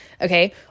Okay